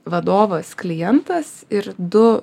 vadovas klientas ir du